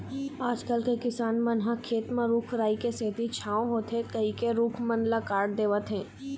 आजकल के किसान मन ह खेत म रूख राई के सेती छांव होथे कहिके रूख मन ल काट देवत हें